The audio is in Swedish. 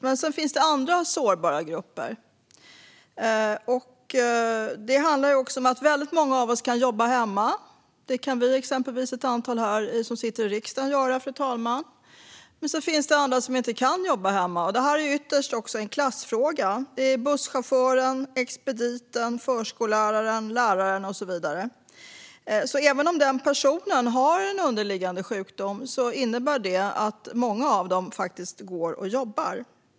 Men det finns även andra sårbara grupper. Väldigt många av oss kan jobba hemma. Det kan exempelvis ett antal av oss som sitter i riksdagen göra. Men det finns andra som inte kan jobba hemma. Detta är också ytterst en klassfråga. Det handlar om busschauffören, expediten, förskolläraren, läraren och så vidare. Det innebär att även om dessa personer har en underliggande sjukdom går många av dem faktiskt till jobbet.